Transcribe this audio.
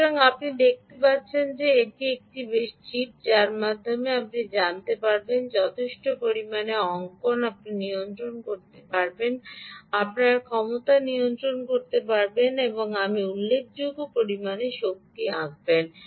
সুতরাং আপনি দেখতে পাচ্ছেন যে এটি বেশ একটি চিপ যার মাধ্যমে আপনি জানতে পারবেন যথেষ্ট পরিমাণে অঙ্কন আপনি নিয়ন্ত্রণ করতে পারবেন আপনার ক্ষমতা নিয়ন্ত্রণ করতে পারেন এবং আপনি উল্লেখযোগ্য পরিমাণে শক্তি আঁকেন